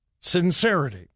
sincerity